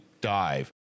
dive